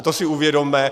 To si uvědomme.